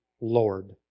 Lord